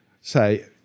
say